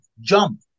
jump